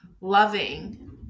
loving